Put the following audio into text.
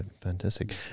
fantastic